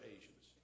Asians